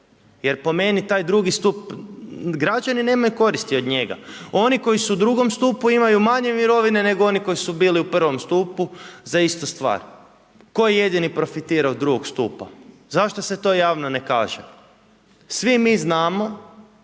jer po meni taj II. stup, građani nemaju koristi od njega. Oni koji su u II. stupu imaju manje mirovine nego oni koji su bili u I. stupu za istu stvar. Tko je jedini profitirao iz II. stupa? Zašto se to javno ne kaže? Svi mi znamo